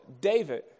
David